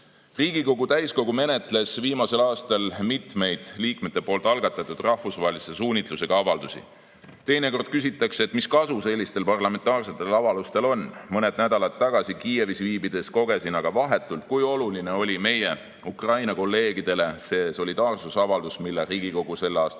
täiskogu menetles viimasel aastal mitmeid liikmete algatatud rahvusvahelise suunitlusega avaldusi. Teinekord küsitakse, mis kasu sellistel parlamentaarsetel avaldustel on. Mõned nädalad tagasi Kiievis viibides kogesin aga vahetult, kui oluline oli meie Ukraina kolleegidele see solidaarsusavaldus, mille Riigikogu selle aasta